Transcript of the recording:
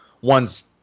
one's